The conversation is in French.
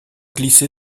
glissé